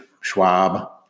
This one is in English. Schwab